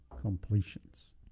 completions